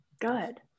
Good